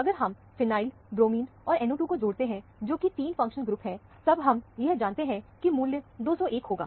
अगर हम phenyl bromine और NO2 phenyl bromine and NO2 को जोड़ते हैं जोकि तीन फंक्शनल ग्रुप है तब हम यह जानते हैं कि मूल्य 201 होगा